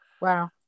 Wow